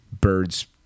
birds